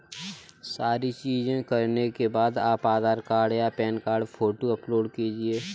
सारी चीजें करने के बाद आप आधार कार्ड या पैन कार्ड फोटो अपलोड कीजिएगा